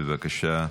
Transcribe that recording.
בבקשה,